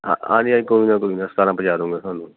ਆ ਹਾਂਜੀ ਹਾਂਜੀ ਕੋਈ ਨਾ ਕੋਈ ਨਾ ਸਤਾਰ੍ਹਾਂ ਪੁਜਾ ਦੂੰਗਾ ਤੁਹਾਨੂੰ